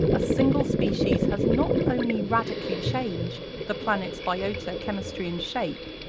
a single species has not only radically changed the planet's biota, chemistry and shape,